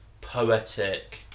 poetic